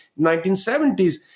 1970s